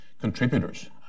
contributors